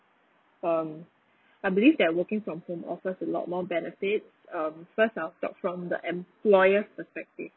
um I believe that working from home offers a lot more benefit um first I'll start from the employer's perspective